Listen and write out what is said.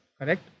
correct